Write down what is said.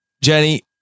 Jenny